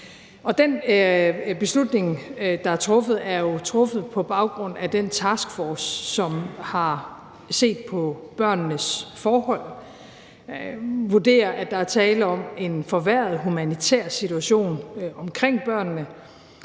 den beslutning, der er truffet, er jo truffet på baggrund af, at den taskforce, som har set på børnenes forhold, vurderer, at der er tale om en forværret humanitær situation omkring børnene.